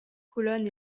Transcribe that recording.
colonne